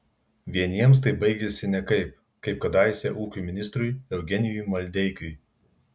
vieniems tai baigiasi nekaip kaip kadaise ūkio ministrui eugenijui maldeikiui